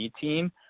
team